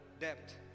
depth